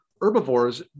Herbivores